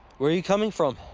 where are you coming from?